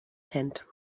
tent